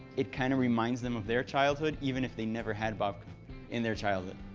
it kind of reminds them of their childhood even if they never had babka in their childhood.